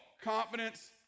confidence